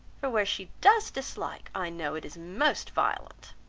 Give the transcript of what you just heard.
for where she does dislike, i know it is most violent.